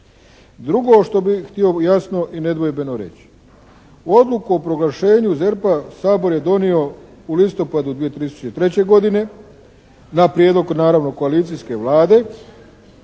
Drugo što bih htio jasno i nedvojbeno reći. Odluku o proglašenju ZERP-a Sabor je donio u listopadu 2003. godine na prijedlog naravno koalicijske Vlade.